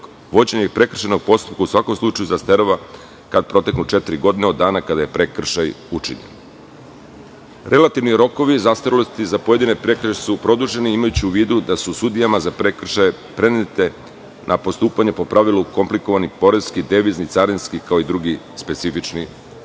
vođenje prekršajnog postupka, u svakom slučaju zastareva kada proteknu četiri godine od dana kada je prekršaj učinjen. Relativni rokovi zastarelosti za pojedine prekršaje su produženi, imajući u vidu da su sudijama za prekršaje prenete na postupanje po pravilu komplikovani poreski, devizni, carinski, kao i drugi specifični